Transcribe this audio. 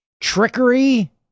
Trickery